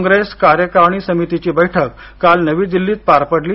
काँग्रेस कार्यकारिणी समितीची बैठक काल नवी दिल्लीत पार पडली